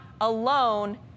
alone